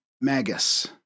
Magus